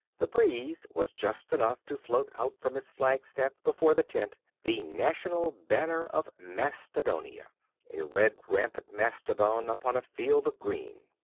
the breeze was just enough to float out from its flagstaff before the tent the national banner of mastodonia a red rampant mastodon upon a field of green.